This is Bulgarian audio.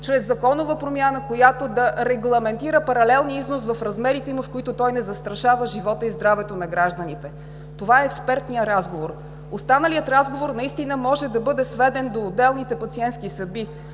чрез законова промяна, която да регламентира паралелния износ в размерите му, в които той не застрашава живота и здравето на гражданите. Това е експертният разговор. Останалият разговор наистина може да бъде сведен до отделните пациентски съдби.